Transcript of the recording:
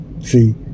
See